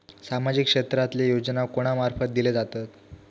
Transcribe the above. सामाजिक क्षेत्रांतले योजना कोणा मार्फत दिले जातत?